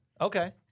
Okay